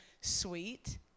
sweet